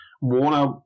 Warner